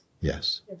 Yes